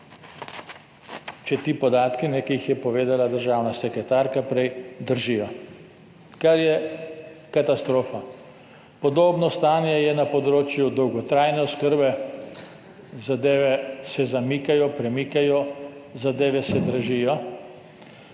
če ti podatki, ki jih je povedala državna sekretarka prej, držijo, kar je katastrofa. Podobno stanje je na področju dolgotrajne oskrbe. Zadeve se zamikajo, premikajo, zadeve se dražijo.